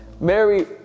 Mary